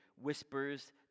whispers